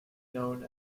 known